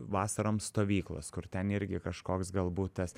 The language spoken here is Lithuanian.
vasarom stovyklos kur ten irgi kažkoks galbūt tas